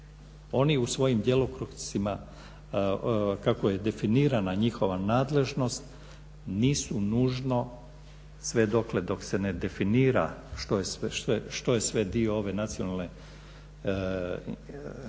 Oni u svojim djelokruzima kako je definirana njihova nadležnost nisu nužno sve dotle dok se ne definira što je sve dio ove nacionalne kritične